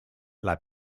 lab